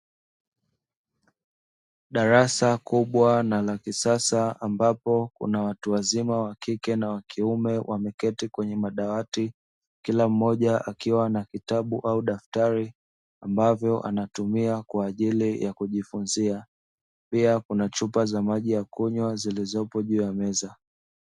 Darasa kubwa na la kisasa ambapo kuna watu wazima (wa kike na wa kiume) wameketi kwenye madawati, kila mmoja akiwa na kitabu au daftari ambavyo anatumia kwa ajili ya kujifunzia. Pia kuna chupa za maji ya kunywa zilizopo juu ya meza.